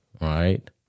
right